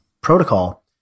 protocol